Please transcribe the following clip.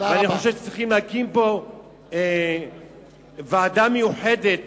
אני חושב שצריך להקים פה ועדה מיוחדת